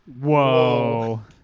Whoa